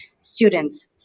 students